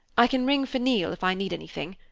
i can ring for neal if i need anything.